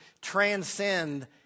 transcend